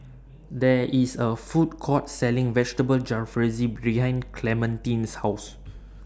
There IS A Food Court Selling Vegetable Jalfrezi behind Clementine's House